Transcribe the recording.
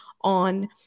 on